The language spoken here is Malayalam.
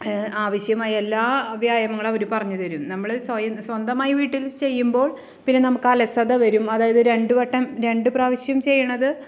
ആവശ്യമായ എല്ലാ വ്യായാമങ്ങളും അവർ പറഞ്ഞു തരും നമ്മൾ സ്വയം സ്വന്തമായി വീട്ടിൽ ചെയ്യുമ്പോൾ പിന്നെ നമുക്ക് അലസത വരും അതായത് രണ്ട് വട്ടം രണ്ട് പ്രാവശ്യം ചെയ്യുന്നത്